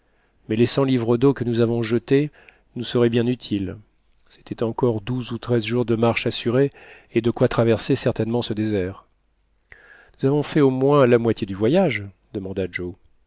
mais les cent livres d'eau que nous avons jetées nous seraient bien utiles c'étaient encore douze ou treize jours de marche assurés et de quoi traverser certainement ce désert nous avons fait au moins la moitié du voyage demanda joe